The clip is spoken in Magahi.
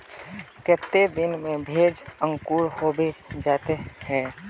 केते दिन में भेज अंकूर होबे जयते है?